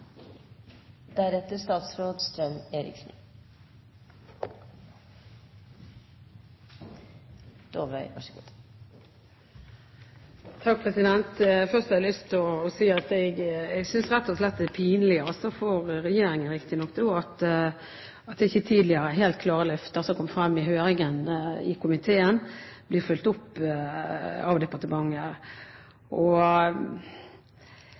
Først har jeg lyst til å si at jeg synes rett og slett det er pinlig – riktignok for regjeringen – at ikke tidligere helt klare løfter som kom frem i høringen i komiteen, blir fulgt opp av departementet. Jeg må si at jeg reagerer enormt både på Jorodd Asphjells innlegg og